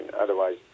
Otherwise